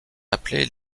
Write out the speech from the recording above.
appelés